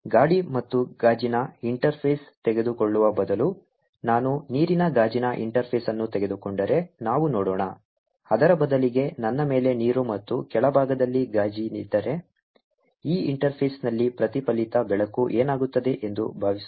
ಗಾಳಿ ಮತ್ತು ಗಾಜಿನ ಇಂಟರ್ಫೇಸ್ ತೆಗೆದುಕೊಳ್ಳುವ ಬದಲು ನಾನು ನೀರಿನ ಗಾಜಿನ ಇಂಟರ್ಫೇಸ್ ಅನ್ನು ತೆಗೆದುಕೊಂಡರೆ ನಾವು ನೋಡೋಣ ಅದರ ಬದಲಿಗೆ ನನ್ನ ಮೇಲೆ ನೀರು ಮತ್ತು ಕೆಳಭಾಗದಲ್ಲಿ ಗಾಜಿನಿದ್ದರೆ ಈ ಇಂಟರ್ಫೇಸ್ನಲ್ಲಿ ಪ್ರತಿಫಲಿತ ಬೆಳಕು ಏನಾಗುತ್ತದೆ ಎಂದು ಭಾವಿಸೋಣ